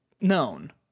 known